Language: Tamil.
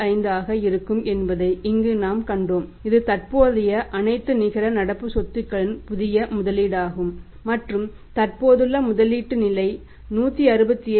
45 ஆக இருக்கும் என்பதை இங்கு நாம் கண்டோம் இது தற்போதைய அனைத்து நிகர நடப்பு சொத்துகளின் புதிய முதலீடாகும் மற்றும் தற்போதுள்ள முதலீட்டு நிலை 167